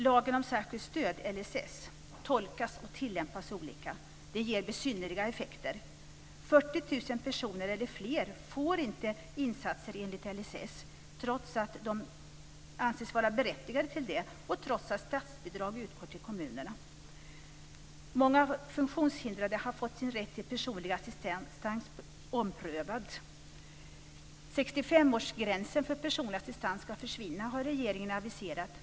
Lagen om särskilt stöd, LSS, tolkas och tillämpas olika. Det ger besynnerliga effekter. 40 000 personer, eller fler, får inte insatser enligt LSS trots att de anses vara berättigade till det och trots att statsbidrag utgår till kommunerna. Många funktionshindrade har fått sin rätt till personlig assistans omprövad. 65 årsgränsen för personlig assistans ska försvinna, har regeringen aviserat.